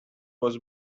was